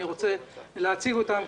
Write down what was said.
אני רוצה להציג אותם,